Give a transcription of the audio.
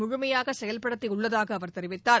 முழுமையாக செயல்படுத்தி உள்ளதாக அவர் தெரிவித்தார்